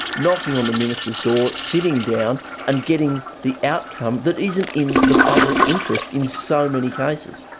knocking on the minister's door, sitting down and getting the outcome that isn't in the public interest in so many cases.